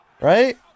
Right